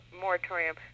moratorium